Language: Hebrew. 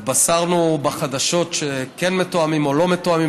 התבשרנו בחדשות שכן מתואמים או לא מתואמים,